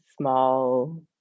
small